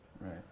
right